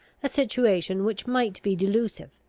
a situation which might be delusive,